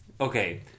Okay